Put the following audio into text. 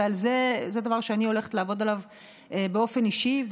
וזה דבר שאני הולכת לעבוד עליו באופן אישי: